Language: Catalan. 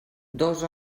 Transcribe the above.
dos